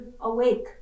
awake